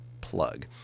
plug